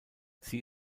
sie